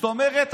זאת אומרת,